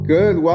Good